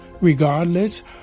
regardless